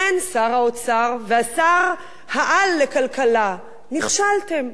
כן, שר האוצר והשר-על לכלכלה, נכשלתם.